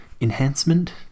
enhancement